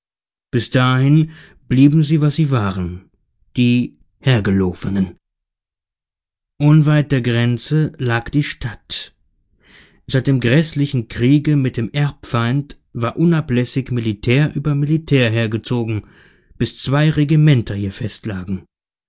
bis dahin blieben sie was sie waren die hergeloffenen unweit der grenze lag die stadt seit dem gräßlichen kriege mit dem erbfeind war unablässig militär über militär hergezogen bis zwei regimenter hier festlagen